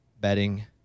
betting